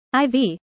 IV